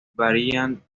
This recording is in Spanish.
varían